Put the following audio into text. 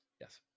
Yes